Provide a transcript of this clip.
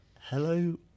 Hello